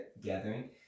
gathering